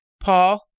Paul